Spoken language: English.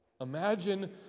Imagine